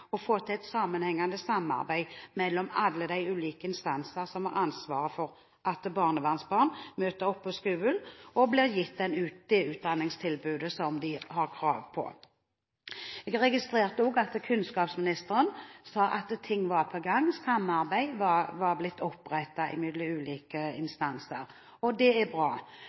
for få til et sammenhengende samarbeid mellom alle de ulike instanser som har ansvar for at barnevernsbarn møter opp på skolen og blir gitt det utdanningstilbudet som de har krav på. Jeg registrerte også at kunnskapsministeren sa at ting var på gang – samarbeid var blitt opprettet mellom ulike instanser. Det er bra.